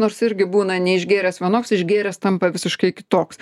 nors irgi būna neišgėręs vienoks išgėręs tampa visiškai kitoks